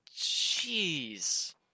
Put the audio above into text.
Jeez